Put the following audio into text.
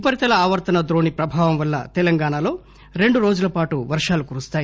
ఉపరితల ఆవర్తన ద్రోణి ప్రభావం వల్ల తెలంగాణలో రెండు రోజులపాటు వర్షాలు కురుస్తాయి